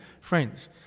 friends